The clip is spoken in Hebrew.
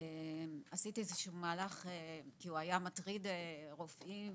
עשיתי איזשהו מהלך כי הוא היה מטריד רופאים,